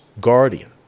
guardian